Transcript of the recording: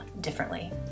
differently